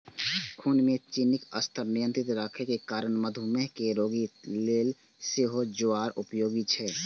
खून मे चीनीक स्तर नियंत्रित राखै के कारणें मधुमेह के रोगी लेल सेहो ज्वार उपयोगी छै